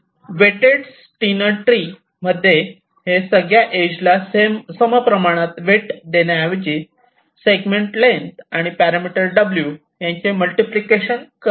weighted Steiner tree मध्ये हे सगळ्या एज ला समप्रमाणात वेट देण्याऐवजी सेगमेंट लेन्थ आणि पॅरामिटर W यांचे मल्टिप्लिकेशन करावे